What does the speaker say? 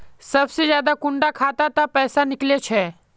सबसे ज्यादा कुंडा खाता त पैसा निकले छे?